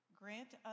grant